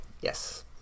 Yes